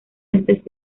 antes